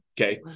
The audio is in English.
Okay